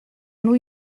new